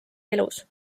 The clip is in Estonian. elus